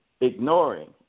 ignoring